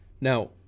Now